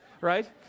right